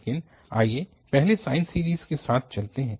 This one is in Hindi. लेकिन आइए पहले साइन सीरीज़ के साथ चलते हैं